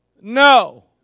No